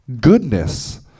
GOODNESS